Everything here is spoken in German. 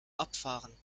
abfahren